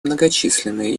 многочисленные